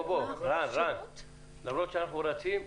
אנחנו רצים,